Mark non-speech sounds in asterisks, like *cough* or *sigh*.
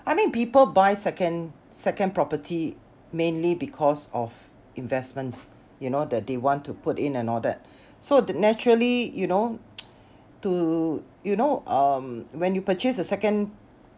I mean people buy second second property mainly because of investments you know that they want to put in and all that so the naturally you know *noise* to you know um when you purchase a second